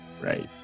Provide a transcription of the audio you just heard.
right